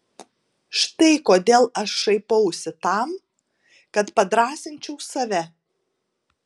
štai kodėl aš šaipausi tam kad padrąsinčiau save